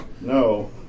no